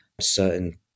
certain